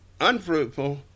unfruitful